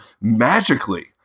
magically